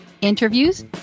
interviews